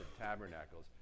tabernacles